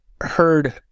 heard